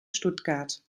stuttgart